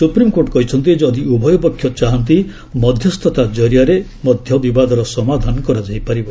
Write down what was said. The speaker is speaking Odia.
ସୁପ୍ରିମ୍କୋର୍ଟ କହିଛନ୍ତି ଯଦି ଉଭୟ ପକ୍ଷ ଚାହାନ୍ତି ମଧ୍ୟସ୍ଥତା କରିଆରେ ମଧ୍ୟ ବିବାଦର ସମାଧାନ କରାଯାଇପାରିବ